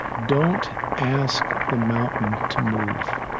don't ask the mountain to move,